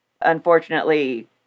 Unfortunately